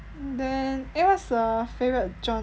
then eh what's err favorite genre